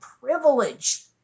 privilege